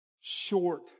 short